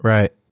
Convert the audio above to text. Right